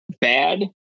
Bad